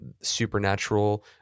supernatural